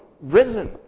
risen